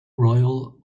royal